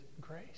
grace